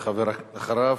ואחריו,